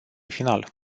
final